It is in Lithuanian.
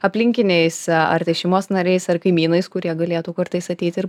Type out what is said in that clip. aplinkiniais ar tai šeimos nariais ar kaimynais kurie galėtų kartais ateiti ir